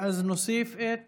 נוסיף את